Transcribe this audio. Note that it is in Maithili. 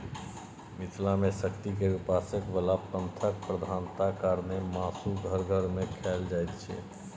मिथिला मे शक्ति केर उपासक बला पंथक प्रधानता कारणेँ मासु घर घर मे खाएल जाइत छै